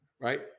right